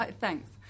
Thanks